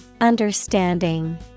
Understanding